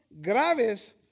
graves